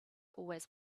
always